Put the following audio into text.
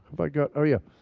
have i got oh, yeah.